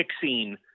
fixing